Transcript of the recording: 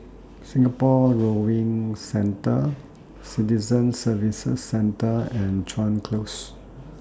Singapore Rowing Centre Citizen Services Centre and Chuan Close